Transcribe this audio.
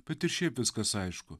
bet ir šiaip viskas aišku